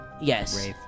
Yes